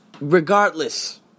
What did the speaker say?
regardless